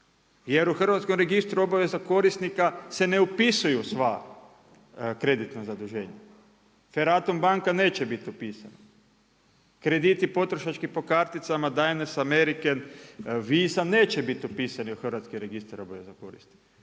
Jer u hrvatskom registru obaveza korisnika se ne upisuju sva kreditna zaduženja. Ferratum banka neće biti otpisana. Krediti potrošački po karticama, Diners, American, Visa neće biti upisan u Hrvatski registar obaveza koristi.